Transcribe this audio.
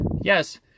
Yes